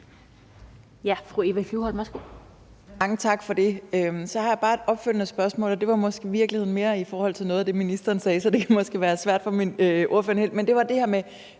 tak for det. Så har jeg bare et opfølgende spørgsmål, og det er måske i virkeligheden mere i forhold til noget af det, ministeren sagde, så det kan måske være svært for ordføreren at svare på; det var det her med